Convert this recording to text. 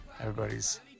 everybody's